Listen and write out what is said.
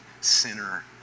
sinner